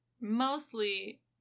mostly